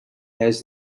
has